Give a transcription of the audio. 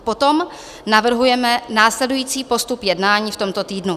Potom navrhujeme následující postup jednání v tomto týdnu: